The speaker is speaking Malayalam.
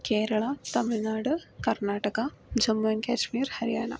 കേരള തമിഴ്നാട് കർണാടക ജമ്മു ആൻഡ് കശ്മീർ ഹരിയാന